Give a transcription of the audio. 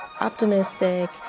optimistic